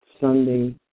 Sunday